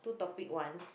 two topic once